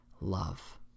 love